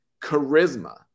charisma